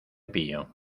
pillo